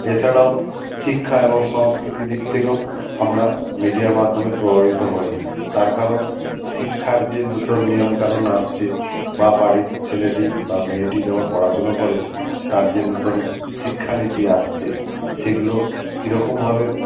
এছাড়াও শিক্ষা এবং সংস্কৃতির দিক থেকেও আমরা মিডিয়ার মাধ্যমে প্রভাবিত হই তার কারণ শিক্ষার যে নূতন নিয়মকানুন আসছে বা বাড়ির ছেলেটি বা মেয়েটি যখন পড়াশোনা করে তার যে নূতন শিক্ষানীতি আসছে সেগুলো কীরকমভাবে